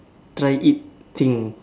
try eating